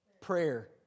Prayer